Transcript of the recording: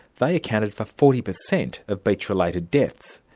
they accounted for forty percent of beach-related deaths,